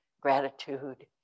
gratitude